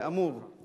אמור, אמור.